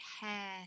hair